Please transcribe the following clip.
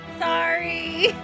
Sorry